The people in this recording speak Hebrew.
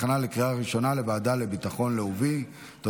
לוועדה לביטחון לאומי נתקבלה.